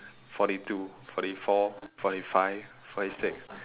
forty two forty four forty five forty six